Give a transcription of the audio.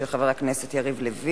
של חבר הכנסת יריב לוין,